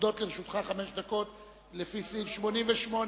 עומדות לרשותך חמש דקות לפי סעיף 88(ו)